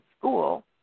school